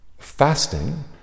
Fasting